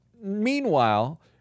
Meanwhile